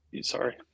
sorry